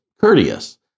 courteous